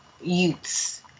youths